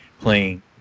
playing